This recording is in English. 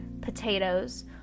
potatoes